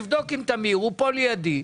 נבדוק עם טמיר, הוא פה לידי,